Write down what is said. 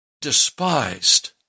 despised